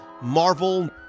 Marvel